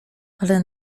ale